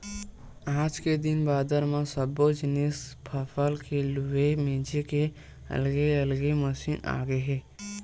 आज के दिन बादर म सब्बो जिनिस फसल के लूए मिजे के अलगे अलगे मसीन आगे हे